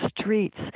streets